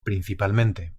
principalmente